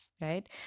right